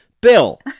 Bill